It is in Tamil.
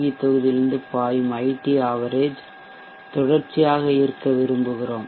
வி தொகுதியிலிருந்து பாயும் ஐடி ஆவரேஜ் தொடர்ச்சியாக இருக்க விரும்புகிறோம்